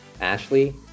Ashley